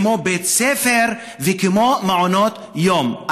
כמו בית ספר וכמו מעונות יום.